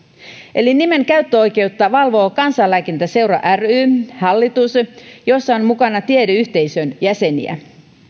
eli nimen käyttöoikeutta valvoo kansanlääkintäseura ryn hallitus jossa on mukana tiedeyhteisön jäseniä